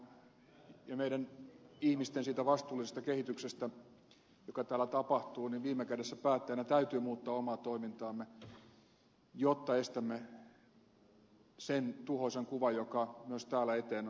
todellakin maapallon ja meidän ihmisten jotka olemme vastuussa kehityksestä joka täällä tapahtuu viime kädessä päättäjinä täytyy muuttaa omaa toimintaamme jotta estämme sen tuhoisan kuvan joka myös täällä eteen on maalattu